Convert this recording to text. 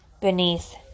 beneath